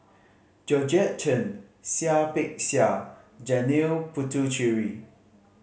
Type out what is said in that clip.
Georgette Chen Seah Peck Seah Janil Puthucheary